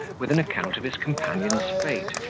with an account of his companion's fate,